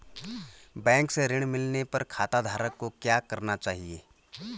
Bank से ऋण मिलने पर खाताधारक को क्या करना चाहिए?